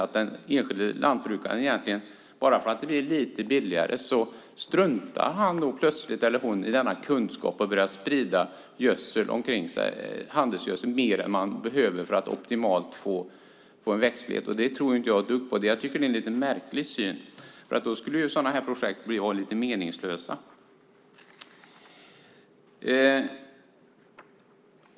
De tror att den enskilde lantbrukaren plötsligt struntar i denna kunskap bara för att det blir lite billigare och börjar sprida handelsgödsel omkring sig mer än man behöver för att få optimal växtlighet. Jag tror inte ett dugg på det. Det är en lite märklig syn. I så fall skulle sådana här projekt vara meningslösa.